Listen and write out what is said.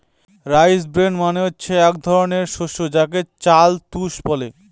rice bran মানে হচ্ছে এক ধরনের শস্য যাকে চাল তুষ বলে